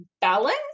balance